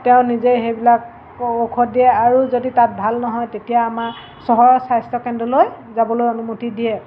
তেওঁ নিজে সেইবিলাক ঔষধ দিয়ে আৰু যদি তাত ভাল নহয় তেতিয়া আমাৰ চহৰৰ স্বাস্থ্যকেন্দ্ৰলৈ যাবলৈ অনুমতি দিয়ে